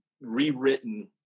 rewritten